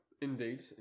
Indeed